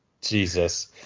Jesus